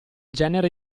genere